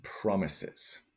promises